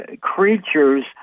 creatures